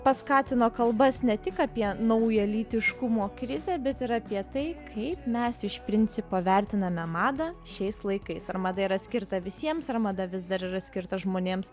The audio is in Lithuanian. paskatino kalbas ne tik apie naują lytiškumo krizę bet ir apie tai kaip mes iš principo vertiname madą šiais laikais ar mada yra skirta visiems ar mada vis dar yra skirta žmonėms